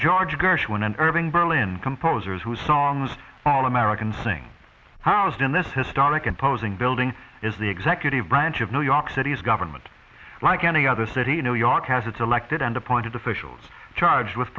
irving berlin composers whose songs all american sing housed in this historic imposing building is the executive branch of new york city's government like any other city new york has its elected and appointed officials charged with